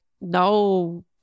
no